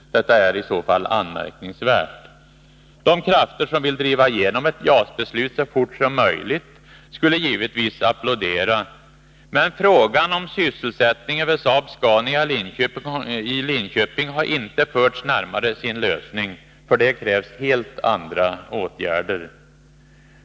Detta är i så fall anmärkningsvärt. De krafter som vill driva genom ett JAS-beslut så fort som möjligt skulle givetvis applådera, men frågan om sysselsättningen vid Saab-Scania i Linköping har inte förts närmare sin lösning. För det krävs helt andra åtgärder.